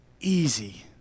easy